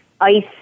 ice